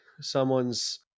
someone's